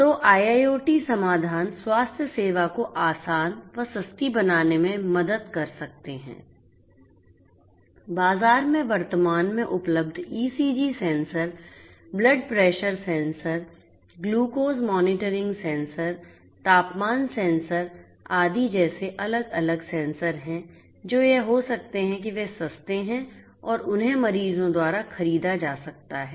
तो IIoT समाधान स्वास्थ्य सेवा को आसान सस्ती बनाने में मदद कर सकते हैं बाजार में वर्तमान में उपलब्ध ECG sensor blood pressure sensor glucose monitoring sensor तापमान सेंसर आदि जैसे अलग अलग सेंसर हैं जो यह हो सकते हैं कि वे सस्ते हैं और उन्हें मरीजों द्वारा खरीदा जा सकता है